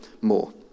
more